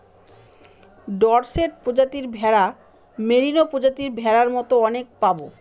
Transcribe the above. Dorset প্রজাতির ভেড়া, merino প্রজাতির ভেড়ার মতো অনেক পাবো